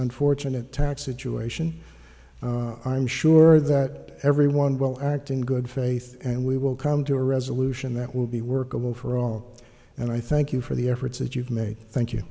unfortunate tax situation i'm sure that everyone will act in good faith and we will come to a resolution that will be workable for all and i thank you for the efforts that you've made thank you